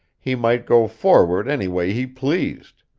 he might go forward any way he pleased.